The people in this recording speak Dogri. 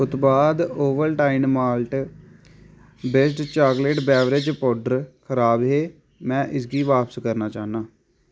उत्पाद Ovaltine malt based chocolate beverage powder खराब हे में इसगी बापस करना चाह्न्नां